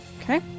Okay